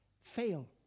Fail